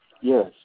Yes